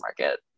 market